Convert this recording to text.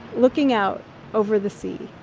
looking out over the sea